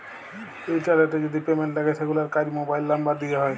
ইলটারলেটে যদি পেমেল্ট লাগে সেগুলার কাজ মোবাইল লামবার দ্যিয়ে হয়